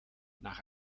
nach